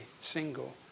single